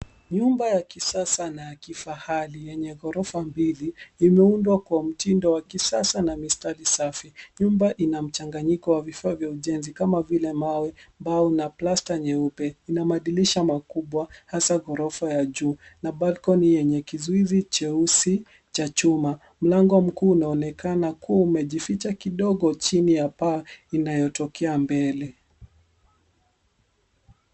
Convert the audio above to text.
Nyumba ya kisasa na ya kifahari yenye ghorofa mbili, imeundwa kwa mtindo wa kisasa na mistari safi. Nyumba ina mchanganyiko wa vifaa vya ujenzi kama vile mawe, mbao na plasta nyeupe. Ina madirisha makubwa hasaa ghorofa ya juu, na balkoni yenye kizuizi cheusi cha chuma. Mlango mkuu unaonekana kuwa umejificha kidogo chini ya paa inayotokea mbele.